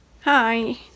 Hi